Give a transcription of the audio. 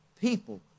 people